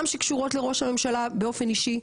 גם שקשורות לראש הממשלה באופן אישי,